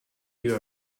you